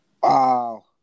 Wow